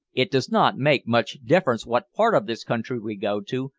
it does not make much difference what part of this country we go to,